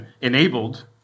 enabled